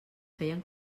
feien